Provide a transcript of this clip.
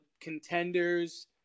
contenders